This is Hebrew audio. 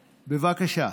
בבקשה.